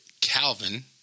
Calvin